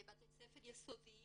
בבתי הספר היסודיים